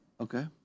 Okay